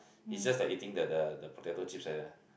is just like eating the the the potato chips like that lah